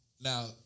Now